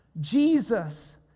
Jesus